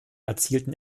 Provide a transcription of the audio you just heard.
erzielten